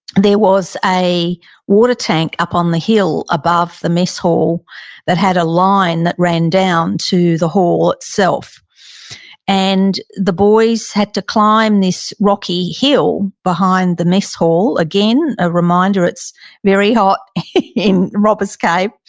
there was a water tank up on the hill above the mess hall that had a line that ran down to the hall itself and the the boys had to climb this rocky hill behind the mess hall. again, a reminder it's very hot in robbers cave.